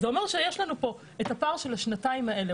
זה אומר שיש לנו כאן את הפער של השנתיים האלה.